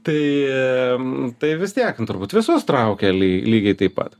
tai tai vis tiek nu turbūt visus traukia ly lygiai taip pat